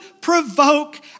provoke